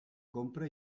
compra